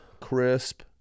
Crisp